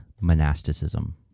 monasticism